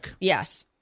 yes